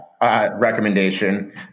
Recommendation